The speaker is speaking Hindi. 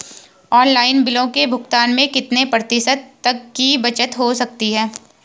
ऑनलाइन बिलों के भुगतान में कितने प्रतिशत तक की बचत हो सकती है?